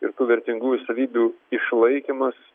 ir tų vertingųjų savybių išlaikymas